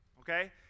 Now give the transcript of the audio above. Okay